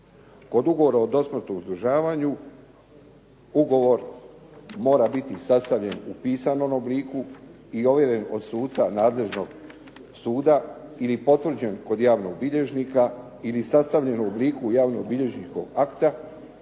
Kod ugovora o dosmrtnom uzdržavanju ugovor mora biti sastavljen u pisanom obliku i ovjeren od suca nadležnog suda ili potvrđen kod javnog bilježnika ili sastavljen u obliku javno-bilježničkog akta